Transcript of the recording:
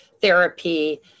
therapy